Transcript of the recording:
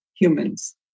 humans